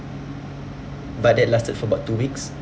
but that lasted for about two weeks